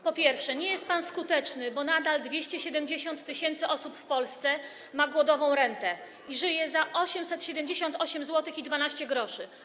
Po pierwsze, nie jest pan skuteczny, bo nadal 270 tys. osób w Polsce ma głodową rentę i żyje za 888,12 zł.